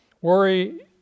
Worry